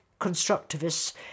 constructivists